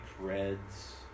reds